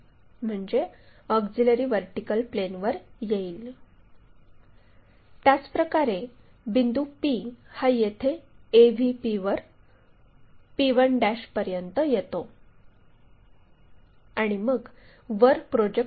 त्याचप्रकारे बिंदू p हा येथे AVP वर p1 पर्यंत येतो आणि मग वर प्रोजेक्ट होतो